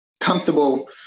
comfortable